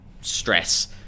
stress